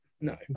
No